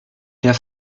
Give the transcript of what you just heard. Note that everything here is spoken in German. der